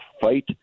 fight